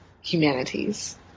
humanities